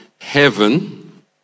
heaven